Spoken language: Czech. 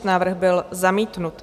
Návrh byl zamítnut.